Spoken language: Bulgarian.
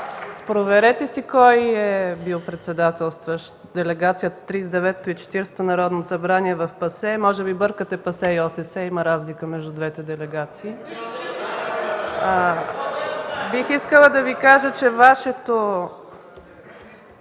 проверете си кой е бил председателстващ на делегацията в 39-то и 40-то Народно събрание в ПАСЕ. Може би бъркате ПАСЕ и ОССЕ. Има разлика между двете делегации. (Оживление в ГЕРБ.)